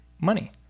money